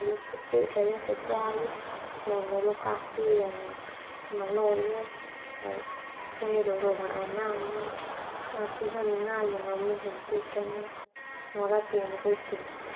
Hele sepeda yang sesuai, hele lokasi yang malole, feh dorongan anana, latihan mengayun no menghentikan, no latihan rutin.